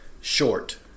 Short